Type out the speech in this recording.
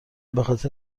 بخاطر